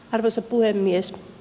arvoisa puhemies